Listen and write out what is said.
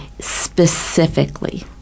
specifically